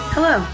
Hello